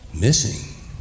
Missing